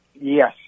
Yes